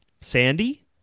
Sandy